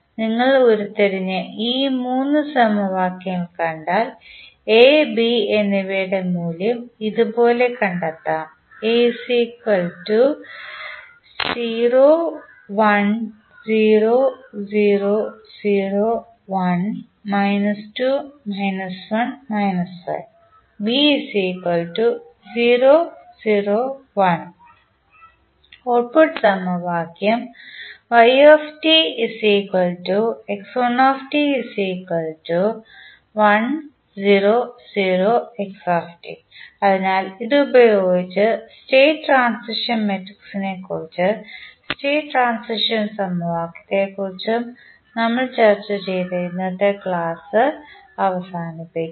നിങ്ങൾ ഉരുത്തിരിഞ്ഞ ഈ മൂന്ന് സമവാക്യങ്ങൾ കണ്ടാൽ എ ബി എന്നിവയുടെ മൂല്യം ഇതുപോലെ കണ്ടെത്താം ഔട്ട്പുട്ട് സമവാക്യം അതിനാൽ ഇതുപയോഗിച്ച് സ്റ്റേറ്റ് ട്രാൻസിഷൻ മാട്രിക്സിനെക്കുറിച്ചും സ്റ്റേറ്റ് ട്രാൻസിഷൻ സമവാക്യത്തെക്കുറിച്ചും നമ്മൾ ചർച്ച ചെയ്ത ഇന്നത്തെ ചർച്ച അവസാനിപ്പിക്കാം